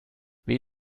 wie